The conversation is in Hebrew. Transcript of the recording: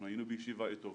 אנחנו היינו בישיבה איתו,